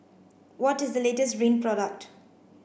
what is the latest Rene product